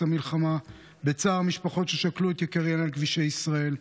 המלחמה ובצער המשפחות ששכלו את יקיריהן על כבישי ישראל,